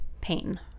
pain